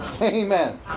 Amen